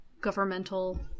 governmental